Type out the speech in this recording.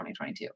2022